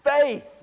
faith